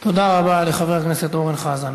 תודה רבה לחבר הכנסת אורן חזן.